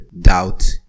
doubt